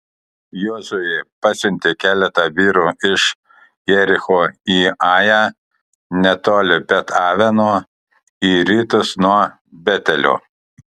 jozuė pasiuntė keletą vyrų iš jericho į ają netoli bet aveno į rytus nuo betelio